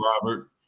Robert